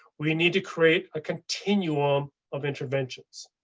we need to create a continuum of interventions.